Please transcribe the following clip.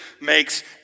makes